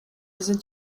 sind